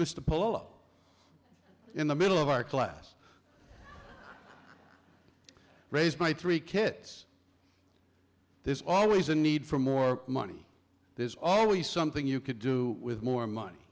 pole in the middle of our class raised by three kids there's always a need for more money there's always something you could do with more money